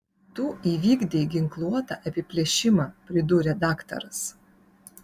tu įvykdei ginkluotą apiplėšimą pridūrė daktaras